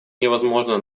невозможно